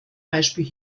beispiel